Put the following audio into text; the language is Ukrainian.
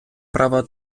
права